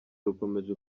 rukomeje